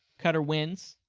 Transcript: cutter wins.